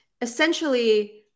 essentially